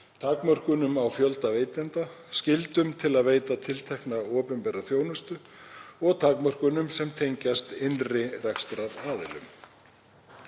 takmörkunum á fjölda veitenda, skyldum til að veita tiltekna opinbera þjónustu og takmörkunum sem tengjast innri rekstraraðilum.